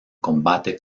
combate